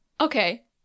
Okay